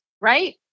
right